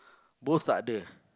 both takde